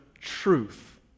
truth